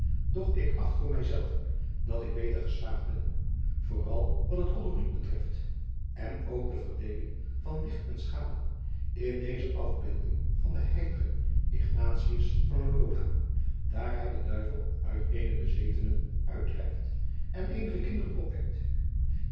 doch ik acht voor mij zelven dat ik beter geslaagd ben vooral wat het koloriet betreft en ook de verdeeling van licht en schaduw in deze afbeelding van den heiligen ignatius de loyola daar hij den duivel uit eenen bezetenen uitdrijft en eenige kinderen opwekt